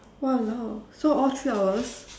!walao! so all three hours